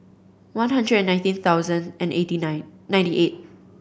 one hundred and nineteen thousand and eighty nine ninety eight